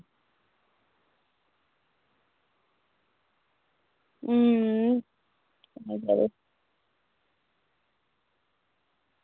अं